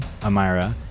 Amira